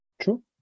True